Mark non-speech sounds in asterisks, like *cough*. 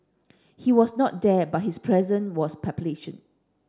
he was not there but his presence was *unintelligible*